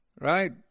right